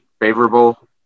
favorable